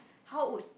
how would